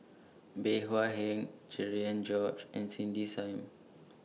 Bey Hua Heng Cherian George and Cindy SIM